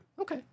okay